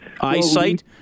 eyesight